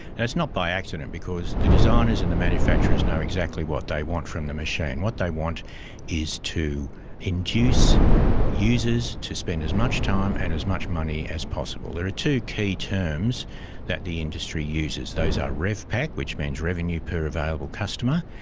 and it's not by accident because the designers and the manufacturers and know exactly what they want from the machine. what they want is to induce users to spend as much time and as much money as possible. there are two key terms that the industry uses. those are revpac, which means revenue per available customer,